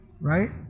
right